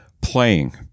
playing